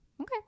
okay